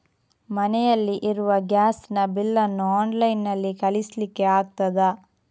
ಮನೆಯಲ್ಲಿ ಇರುವ ಗ್ಯಾಸ್ ನ ಬಿಲ್ ನ್ನು ಆನ್ಲೈನ್ ನಲ್ಲಿ ಕಳಿಸ್ಲಿಕ್ಕೆ ಆಗ್ತದಾ?